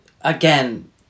again